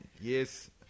Yes